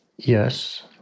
Yes